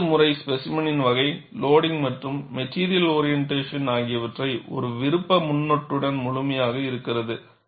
குறியீட்டு முறை ஸ்பேசிமெனின் வகை லோடிங்க் மற்றும் மெட்டிரியல் ஓரியன்டேசன் ஆகியவற்றை ஒரு விருப்ப முன்னொட்டுடன் முழுமையாக இருக்கிறது